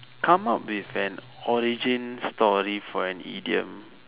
come up with an origin story for an idiom